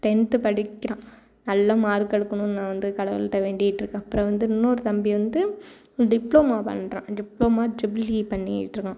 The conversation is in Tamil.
டென்த் படிக்கிறான் நல்ல மார்க்கு எடுக்கணும் நான் வந்து கடவுள்ட்ட வேண்டிட்டுருக்கேன் அப்புறம் வந்து இன்னொரு தம்பி வந்து டிப்ளமோ பண்ணுறான் டிப்ளமோ ட்ரிபிள் ஈ பண்ணிட்டுருக்கான்